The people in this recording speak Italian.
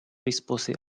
rispose